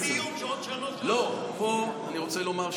10:00. אני רוצה לומר,